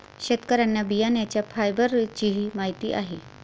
शेतकऱ्यांना बियाण्यांच्या फायबरचीही माहिती आहे